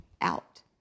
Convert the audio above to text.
out